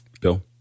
Bill